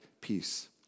peace